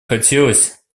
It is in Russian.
хотелось